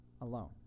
alone